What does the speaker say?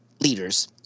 Leaders